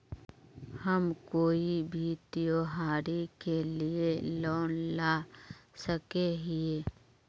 हम कोई भी त्योहारी के लिए लोन ला सके हिये?